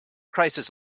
crisis